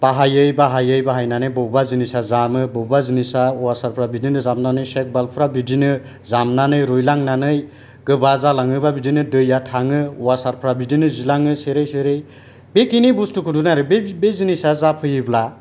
बाहायै बाहायै बाहायनानै बबेबा जिनिसा जामो बबेबा जिनिसा अवासारफ्रा बिदिनो जामनानै साइड बाल्ब फ्रा बिदिनो जामनानै रुइलांनानै गोबा जालाङोबा बिदिनो दैया थाङो अवासारफ्रा बिदिनो जिलाङो सेरै सेरै बेखिनि बुस्तुखौनो आरो बे जिनिसा जाफैयोब्ला